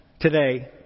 today